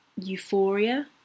euphoria